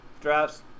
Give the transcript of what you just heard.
drafts